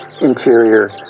interior